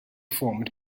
formed